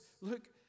look